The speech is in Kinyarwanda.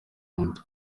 muto